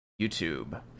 YouTube